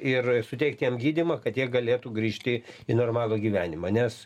ir suteikti jiem gydymą kad jie galėtų grįžti į normalų gyvenimą nes